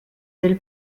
del